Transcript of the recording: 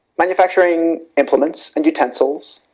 manufacturing implements and utensils,